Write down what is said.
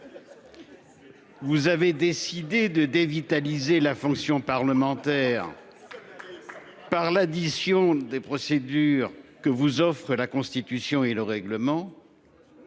vous avez décidé de dévitaliser la fonction parlementaire par l'addition de toutes les procédures que vous offrent la Constitution et le règlement